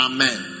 Amen